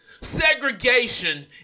segregation